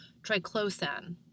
Triclosan